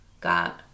got